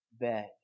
bed